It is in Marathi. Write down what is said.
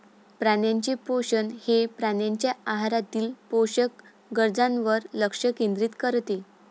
प्राण्यांचे पोषण हे प्राण्यांच्या आहारातील पोषक गरजांवर लक्ष केंद्रित करते